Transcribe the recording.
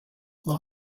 war